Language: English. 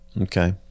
Okay